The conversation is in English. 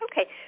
Okay